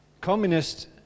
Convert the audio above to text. communist